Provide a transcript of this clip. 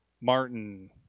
Martin